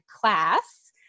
class